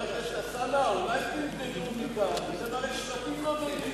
ואני רוצה לומר דבר אחרון: משכתם את החוט עד הקצה,